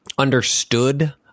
understood